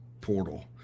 Portal